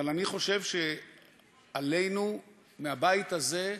אבל אני חושב שעלינו, מהבית הזה,